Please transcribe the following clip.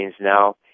now